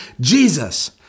Jesus